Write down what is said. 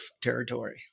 territory